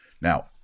Now